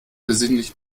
besinnlich